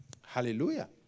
Hallelujah